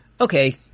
okay